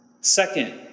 Second